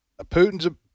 Putin's